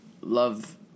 love